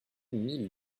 mille